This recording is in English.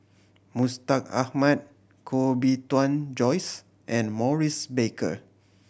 Mustaq Ahmad Koh Bee Tuan Joyce and Maurice Baker